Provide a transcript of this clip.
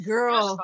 Girl